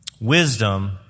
wisdom